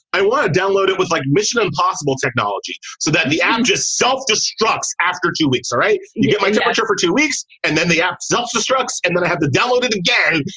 i want to download. it was like mission impossible technology so that the app just self-destructs after two weeks. all right. you get my get my daughter for two weeks and then the app self-destructs and then i have to download it again.